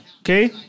Okay